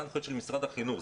אלה הנחיות של משרד החינוך,